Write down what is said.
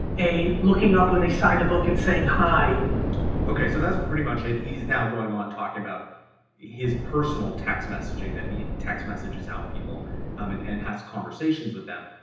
a looking up when they signed a book and saying, hi. derek okay. so, that's pretty much it. he's now going on talking about his personal text messaging that he text messages out people um and and has conversations with them,